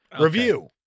Review